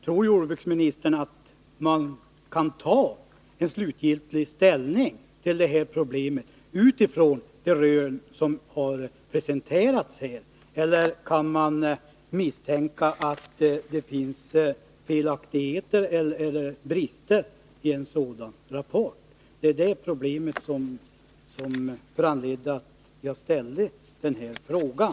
Tror jordbruksministern att man kan ta slutlig ställning till de här problemen utifrån de rön som har presenterats? Kan man misstänka att det finns felaktigheter eller brister i en sådan här rapport? Det är dessa problem som föranlett mig att ställa frågan.